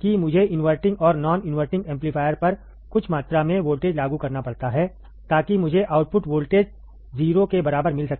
कि मुझे इनवर्टिंग और नॉन इनवर्टिंग एम्पलीफायर पर कुछ मात्रा में वोल्टेज लागू करना पड़ता है ताकि मुझे आउटपुट वोल्टेज 0 के बराबर मिल सके